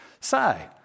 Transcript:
Say